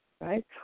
right